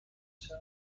چقدر